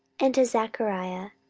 and to zechariah,